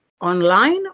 Online